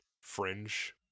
fringe